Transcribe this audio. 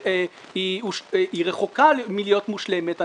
היא רחוקה מלהיות מושלמת.